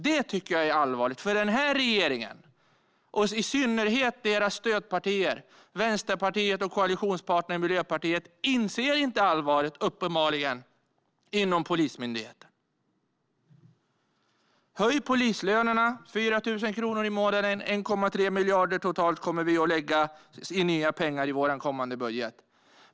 Det tycker jag är allvarligt, för den här regeringen, och i synnerhet dess stödpartier, Vänsterpartiet och koalitionspartnern Miljöpartiet, inser uppenbarligen inte allvaret inom Polismyndigheten. Höj polislönerna med 4 000 kronor i månaden; vi kommer att lägga totalt 1,3 miljarder i nya pengar i vår kommande budget.